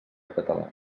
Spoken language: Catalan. català